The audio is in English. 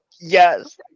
Yes